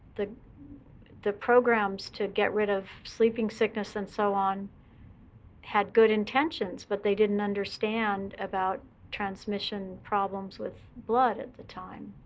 the the programs to get rid of sleeping sickness and so on had good intentions, but they didn't understand about transmission problems with blood at the time.